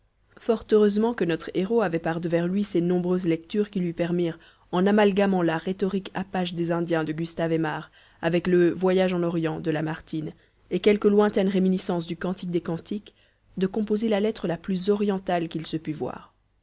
fort heureusement que notre héros avait par devers lui ses nombreuses lectures qui lui permirent en amalgamant la rhétorique apache des indiens de gustave aimard avec le voyage en orient de lamartine et quelques lointaines réminiscences du cantique des cantiques de composer la lettre la plus orientale qu'il se pût voir